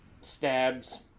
stabs